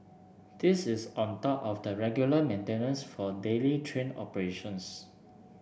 this is on top of the regular maintenance for daily train operations